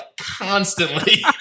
constantly